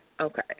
okay